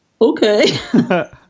okay